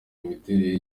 imiterere